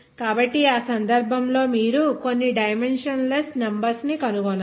కాబట్టి ఆ సందర్భంలో మీరు కొన్ని డైమెన్షన్ లెస్ నంబర్స్ ను కనుగొనాలి